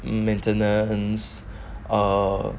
maintenance err